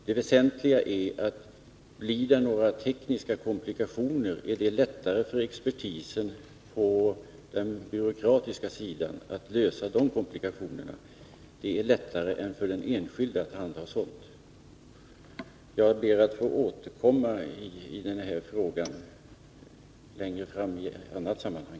Det väsentliga i sammanhanget är att om det blir några tekniska komplikationer, är det lättare för expertisen på den byråkratiska sidan att lösa dem än för den enskilde. Jag ber att få återkomma till frågan längre fram i annat sammanhang.